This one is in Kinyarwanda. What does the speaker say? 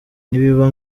nibiba